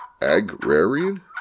Agrarian